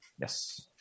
Yes